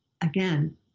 again